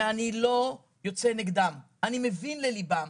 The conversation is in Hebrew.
ואני לא יוצא נגדם, אני מבין לליבם.